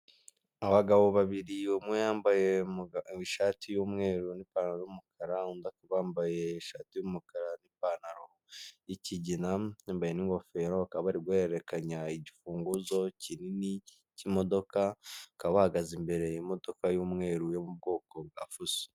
Abagabo babiri umwe yambaye ishati y'mweru nipantaro y'umukara undi akaba yambaye ishati y'umukara n'ipantaro y'ikigina, yambaye n'ingofero bakaba ari guhererekanya igifunguzo kinini cy'imodoka, bakaba bahagaze imbere y'imodoka y'umweru yo mu bwoko bwa Fuso.